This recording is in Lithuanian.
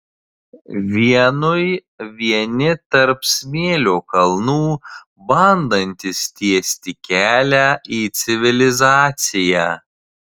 vienui vieni tarp smėlio kalnų bandantys tiesti kelią į civilizaciją